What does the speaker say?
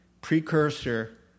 precursor